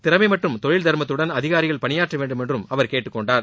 திறமை மற்றும் தொழில் தர்மத்துடன் அதிகாரிகள் பணியாற்ற வேண்டும் என்றும் அவர் கேட்டுக் கொண்டார்